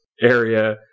area